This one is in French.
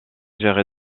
gérée